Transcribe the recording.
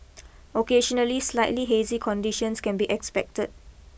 occasionally slightly hazy conditions can be expected